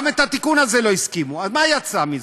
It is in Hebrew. גם את התיקון הזה לא הסכימו אז מה יצא מזה?